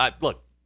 Look